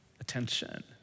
attention